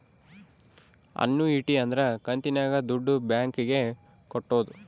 annuity ಅಂದ್ರ ಕಂತಿನಾಗ ದುಡ್ಡು ಬ್ಯಾಂಕ್ ಗೆ ಕಟ್ಟೋದು